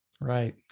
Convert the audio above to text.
Right